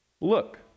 look